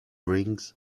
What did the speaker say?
rings